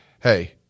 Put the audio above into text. hey